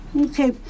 Okay